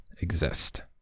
exist